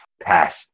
passed